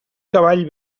cavall